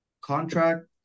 contract